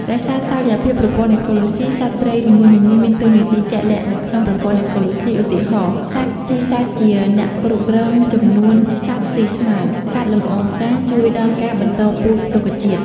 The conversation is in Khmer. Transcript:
រក្សាតុល្យភាពប្រព័ន្ធអេកូឡូស៊ី សត្វព្រៃនីមួយៗមានតួនាទីជាក់លាក់នៅក្នុងប្រព័ន្ធអេកូឡូស៊ី (ឧទាហរណ៍ សត្វស៊ីសាច់ជាអ្នកគ្រប់គ្រងចំនួនសត្វស៊ីស្មៅ សត្វលំអងផ្កាជួយដល់ការបន្តពូជរុក្ខជាតិ)។